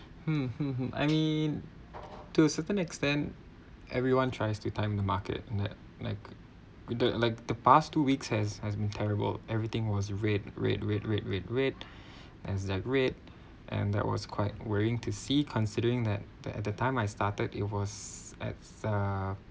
mm mm I mean to a certain extent everyone tries to time the market and that like could the like the past two weeks has has been terrible everything was red red red red red red as their great and that was quite worrying to see considering that that at that time I started it was at uh